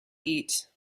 eat